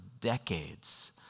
decades